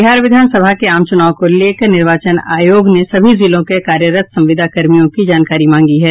बिहार विधान सभा के आम चूनाव को लेकर निर्वाचन आयोग ने सभी जिलों के कार्यरत संविदा कर्मियों की जानकारी मांगी है